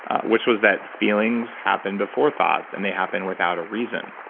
which was that feelings happen before thoughts and they happen without a reason.